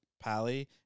Pally